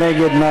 מי נגד?